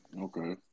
Okay